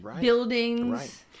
buildings